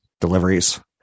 deliveries